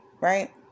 right